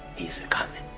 he's a-coming.